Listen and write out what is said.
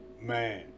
man